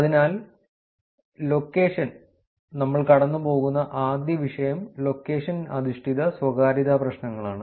അതിനാൽ ലൊക്കേഷൻ നമ്മൾ കടന്നുപോകുന്ന ആദ്യ വിഷയം ലൊക്കേഷൻ അധിഷ്ഠിത സ്വകാര്യതാ പ്രശ്നങ്ങളാണ്